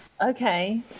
okay